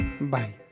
Bye